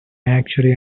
actually